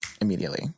immediately